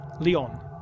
Leon